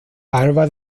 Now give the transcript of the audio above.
alba